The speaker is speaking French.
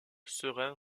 serin